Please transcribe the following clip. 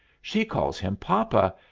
she calls him papa,